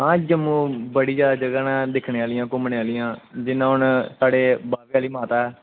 आं जम्मू बड़ियां जगहां न दिक्खनै आह्लियां घुम्मनै आह्लियां जियां हून साढ़े बाह्वे आह्ली माता ऐ